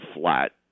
flat